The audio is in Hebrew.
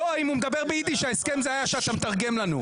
לא, אם הוא מדבר באידיש ההסכם היה שאתה מתרגם לנו.